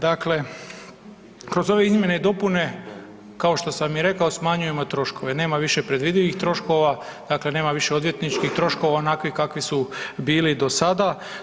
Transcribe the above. Dakle, kroz ove izmjene i dopune kao što sam i rekao smanjujemo troškove, nema više predvidivih troškova, dakle nema više odvjetničkih troškova onakvi kakvi su bili do sada.